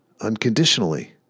unconditionally